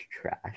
trash